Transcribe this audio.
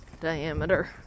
diameter